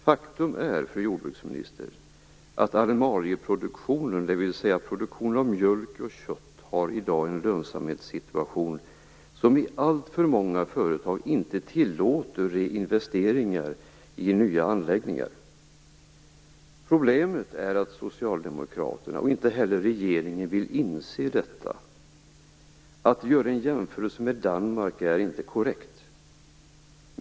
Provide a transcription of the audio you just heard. Faktum är, fru jordbruksminister, att animalieproduktionen, dvs. produktionen av mjölk och kött, i dag har en lönsamhetssituation som i alltför många företag inte tillåter investeringar i nya anläggningar. Problemet är att inte socialdemokraterna, och inte heller regeringen, vill inse detta. Att göra en jämförelse med Danmark är inte korrekt.